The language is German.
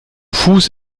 fuß